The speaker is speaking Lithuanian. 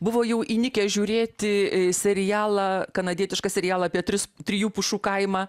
buvo jau įnikę žiūrėti serialą kanadietišką serialą apie tris trijų pušų kaimą